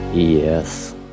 Yes